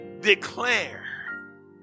declare